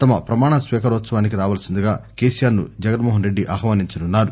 తమ ప్రమాణ స్వీకారోత్పవానికి రావలసిందిగా కెసిఆర్ ను జగన్మోహన్ రెడ్డి ఆహ్వానించనున్నారు